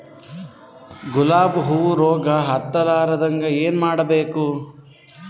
ಗುಲಾಬ್ ಹೂವು ರೋಗ ಹತ್ತಲಾರದಂಗ ಏನು ಮಾಡಬೇಕು?